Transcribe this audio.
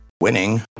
Winning